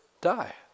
die